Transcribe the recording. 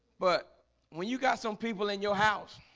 but when you got some people in your house